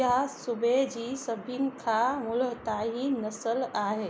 इहा सूबे जी सभिनि खां मुल्हाइती नसलु आहे